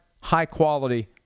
high-quality